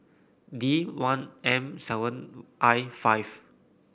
D one M seven I five